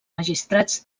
magistrats